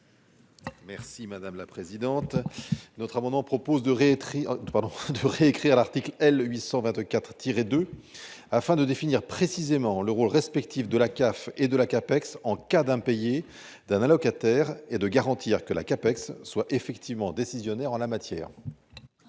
Merci madame la présidente. Notre amendement propose de réécrire de pardon de réécrire l'article L 824 tiré de afin de définir précisément le rôle respectif de la CAF et de la CAPEX en cas d'impayé d'un allocataire et de garantir que la CAPEX soit effectivement décisionnaire en la matière.